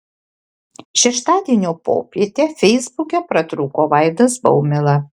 šeštadienio popietę feisbuke pratrūko vaidas baumila